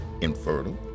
infertile